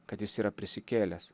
kad jis yra prisikėlęs